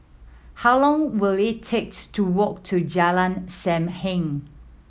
how long will it take to walk to Jalan Sam Heng